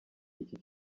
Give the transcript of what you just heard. iki